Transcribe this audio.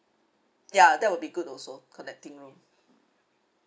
ya that will be good also connecting room